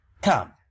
Come